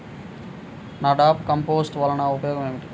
NADEP compost వలన ఉపయోగం ఏమిటి?